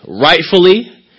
Rightfully